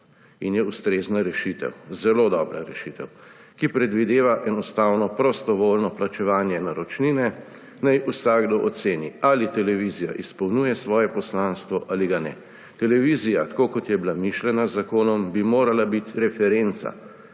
in je ustrezna rešitev, zelo dobra rešitev, ki predvideva enostavno, prostovoljno plačevanje naročnine. Naj vsakdo oceni, ali televizija izpolnjuje svoje poslanstvo ali ga ne. Televizija, tako kot je bila mišljena z zakonom, bi morala biti referenca,